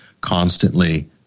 constantly